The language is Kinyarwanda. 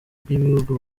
bw’ibihugu